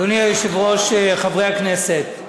אדוני היושב-ראש, חברי הכנסת,